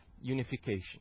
unification